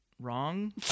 wrong